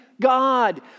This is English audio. God